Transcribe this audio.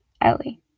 Ellie